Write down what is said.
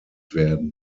werden